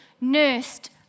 nursed